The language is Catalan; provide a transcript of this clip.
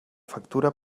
factura